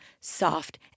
soft